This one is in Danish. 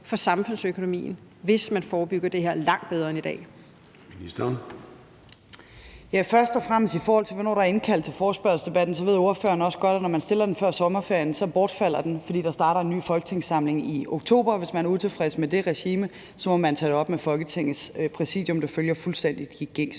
og sundhedsministeren (Sophie Løhde): Først og fremmest vil jeg sige, i forhold til hvornår der er blevet indkaldt til forespørgselsdebatten, at ordføreren også godt ved, at når man stiller den før sommerferien, bortfalder den, fordi der starter en ny folketingssamling i oktober. Hvis man er utilfreds med det regime, må man tage det op med Folketingets Præsidium – det følger fuldstændig de gængse